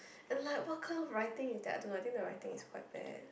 and like what kind of writing is that I don't know I think the writing is quite bad